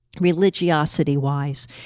religiosity-wise